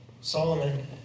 Solomon